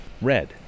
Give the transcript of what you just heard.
red